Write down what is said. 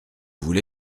voulez